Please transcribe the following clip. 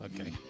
Okay